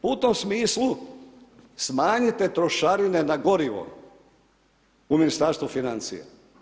U tom smislu smanjite trošarine na gorivo, u Ministarstvu financija.